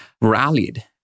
rallied